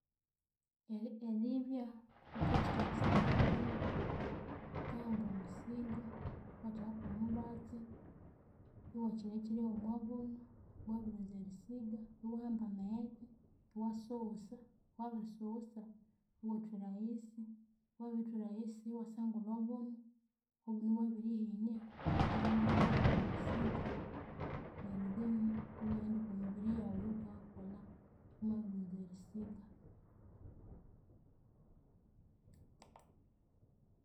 Eri- eribya wukatsuka erisiga amenu, wukahamba omusigo iwathekaku omubatsi, iwakyirya kyirya womwabunu, wabiwunza erisiga, iwahamba amaghetse, iwasuwusa, wabirisuwusa, iwathwira ayisi, wabithwira ayisi iwasangulha obunu, obunu bwabirihenia, then neryu iwabika omusigo. Neryu then iwaghenda okwamibiri yawu eyawukakolha iwamabiriwunza erisiga